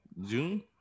June